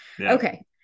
Okay